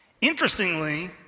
Interestingly